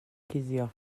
cuddio